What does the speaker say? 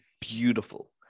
beautiful